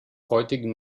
heutigen